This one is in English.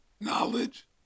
knowledge